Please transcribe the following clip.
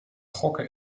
gokken